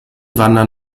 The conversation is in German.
wandern